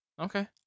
Okay